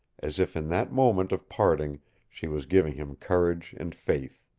as if in that moment of parting she was giving him courage and faith.